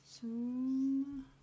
zoom